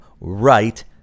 right